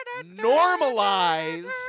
normalize